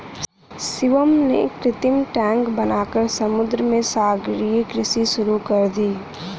शिवम ने कृत्रिम टैंक बनाकर समुद्र में सागरीय कृषि शुरू कर दी